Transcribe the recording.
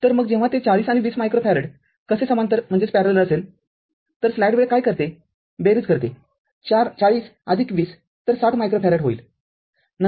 तर मग जेव्हा ते ४० आणि २० मायक्रोफॅरेड कसे समांतर असेलतर स्लाईड वेळ काय करते बेरीज करते ४० २०तर ६० मायक्रोफॅरेड होईल